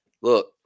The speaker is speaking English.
Look